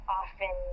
often